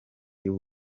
y’u